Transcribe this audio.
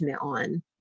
on